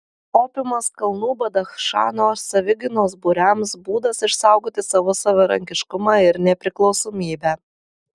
opiumas kalnų badachšano savigynos būriams būdas išsaugoti savo savarankiškumą ir nepriklausomybę